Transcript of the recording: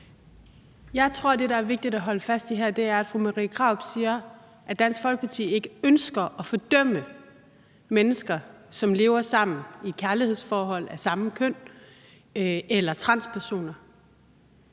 Jeg tror, at det, der er vigtigt at holde fast i her, er, at fru Marie Krarup siger, at Dansk Folkeparti ikke ønsker at fordømme mennesker, som lever sammen i et kærlighedsforhold og er af samme køn, eller som er transpersoner,